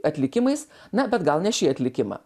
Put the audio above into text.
atlikimais na bet gal ne šį atlikimą